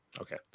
Okay